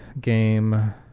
game